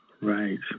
Right